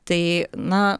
tai na